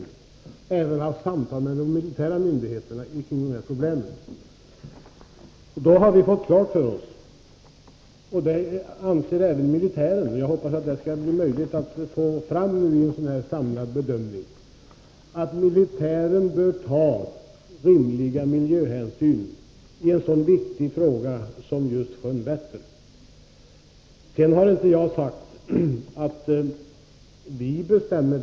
Vi har även haft samtal med de militära myndigheterna beträffande de här problemen. Då har vi fått klart för oss att militären bör ta rimliga miljöhänsyn i en sådan viktig fråga som just Vätternfrågan. Det anser också militären, och jag hoppas att det skall gå att få fram en samlad bedömning. Jag har inte sagt att vi socialdemokrater bestämmer.